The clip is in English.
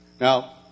Now